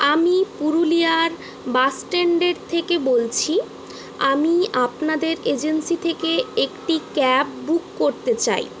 আমি পুরুলিয়ার বাসস্ট্যান্ডের থেকে বলছি আমি আপনাদের এজেন্সি থেকে একটি ক্যাব বুক করতে চাই